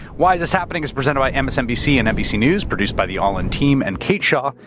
why is this happening? is presented by and msnbc and nbc news, produced by the all in team and kate shaw,